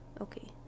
Okay